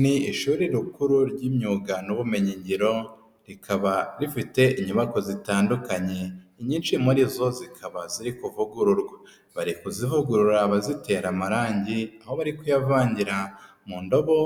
Ni ishuri rikuru ry'imyuga n'ubumenyingiro, rikaba rifite inyubako zitandukanye, inyinshi muri zo zikaba ziri kuvugururwa, bari kuzivugurura bazitera amarangi, aho bari kuyavangira mu ndobo